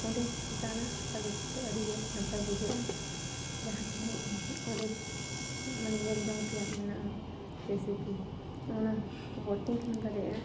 ᱚᱸᱰᱮ ᱫᱟᱬᱟ ᱟᱨ ᱨᱟᱹᱥᱠᱟᱹ ᱟᱹᱰᱤ ᱵᱮᱥ ᱱᱟᱯᱟᱭ ᱵᱩᱡᱷᱟᱹᱜᱼᱟ ᱡᱟᱦᱟᱸ ᱛᱤᱱᱟᱹᱜ ᱜᱮ ᱚᱸᱰᱮ ᱢᱟᱱᱮ ᱧᱮᱞ ᱡᱚᱝ ᱛᱮᱭᱟᱜ ᱢᱮᱱᱟᱜᱼᱟ ᱡᱮᱭᱥᱮ ᱠᱤ ᱚᱱᱟ ᱵᱳᱴᱤᱝ ᱦᱚᱢ ᱫᱟᱲᱮᱭᱟᱜᱼᱟ